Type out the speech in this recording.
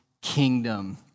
kingdom